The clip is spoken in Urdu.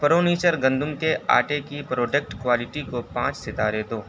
پرونیچر گندم کے آٹے کی پروڈکٹ کوالیٹی کو پانچ ستارے دو